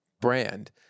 brand